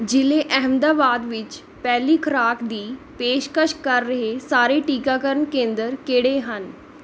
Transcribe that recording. ਜ਼ਿਲੇ ਅਹਿਮਦਾਬਾਦ ਵਿੱਚ ਪਹਿਲੀ ਖੁਰਾਕ ਦੀ ਪੇਸ਼ਕਸ਼ ਕਰ ਰਹੇ ਸਾਰੇ ਟੀਕਾਕਰਨ ਕੇਂਦਰ ਕਿਹੜੇ ਹਨ